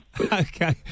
Okay